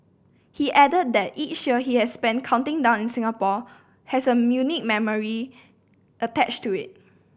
he added that each year he has spent counting down in Singapore has a unique memory attached to it